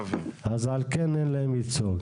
אז על כן אין להם ייצוג.